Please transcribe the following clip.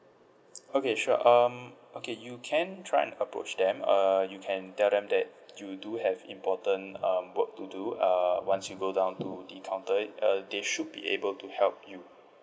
okay sure um okay you can try and approach them uh you can tell them that you do have important um work to do uh once you go down to the counter it uh they should be able to help you